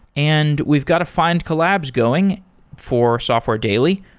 and we've got a findcollabs going for software daily.